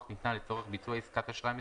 ניתנה לצורך ביצוע עסקת אשראי מסוימת",